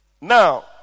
Now